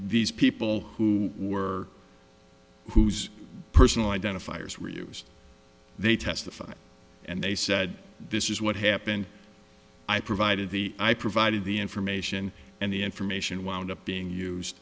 these people who were whose personal identifiers were used they testified and they said this is what happened i provided the i provided the information and the information wound up being used